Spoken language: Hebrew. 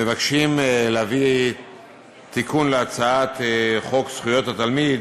מבקשים להביא תיקון להצעת חוק זכויות התלמיד